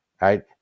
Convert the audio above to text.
Right